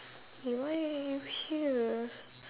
eh why you here